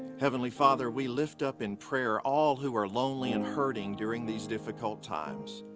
heavenly father, we lift up in prayer all who are lonely and hurting during these difficult times.